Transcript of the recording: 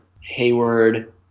Hayward